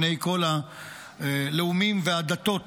בני כל הלאומים והדתות,